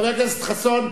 חבר הכנסת חסון?